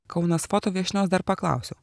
kaunas foto viešnios dar paklausiau